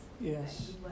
Yes